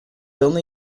only